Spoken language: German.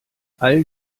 all